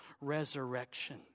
resurrection